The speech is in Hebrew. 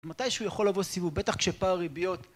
מתי שהוא יכול לבוא סיבוב? בטח כשפער ריביות.